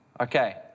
okay